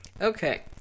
Okay